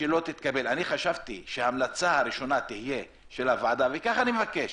חשבתי שההמלצה הראשונה של הוועדה תהיה לבקש